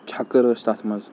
چھکٕر ٲسۍ تَتھ منٛز